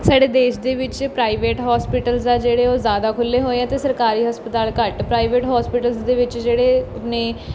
ਸਾਡੇ ਦੇਸ਼ ਦੇ ਵਿੱਚ ਪ੍ਰਾਈਵੇਟ ਹੋਸਪਿਟਲਜ਼ ਆ ਜਿਹੜੇ ਉਹ ਜ਼ਿਆਦਾ ਖੁੱਲੇ ਹੋਏ ਆ ਅਤੇ ਸਰਕਾਰੀ ਹਸਪਤਾਲ ਘੱਟ ਪ੍ਰਾਈਵੇਟ ਹੋਸਪਿਟਲਜ਼ ਦੇ ਵਿੱਚ ਜਿਹੜੇ ਨੇ